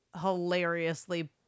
hilariously